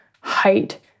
height